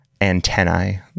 antennae